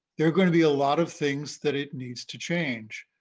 there are going to be a lot of things that it needs to change.